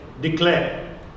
declare